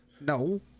No